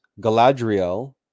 Galadriel